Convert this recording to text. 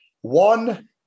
One